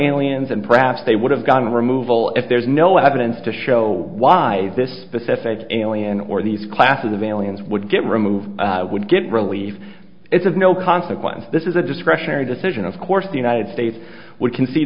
wins and perhaps they would have gotten removal if there's no evidence to show why this specific alien or these classes of aliens would get removed would get relief is of no consequence this is a discretionary decision of course the united states we can see